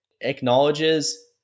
acknowledges